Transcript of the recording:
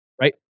right